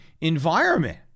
environment